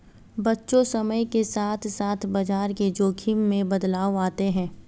बच्चों समय के साथ साथ बाजार के जोख़िम में बदलाव आते हैं